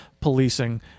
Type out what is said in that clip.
policing